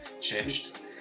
changed